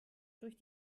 durch